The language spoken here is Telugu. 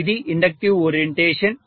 ఇది ఇండక్టివ్ ఓరియంటేషన్